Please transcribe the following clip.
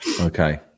Okay